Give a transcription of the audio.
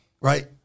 right